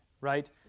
right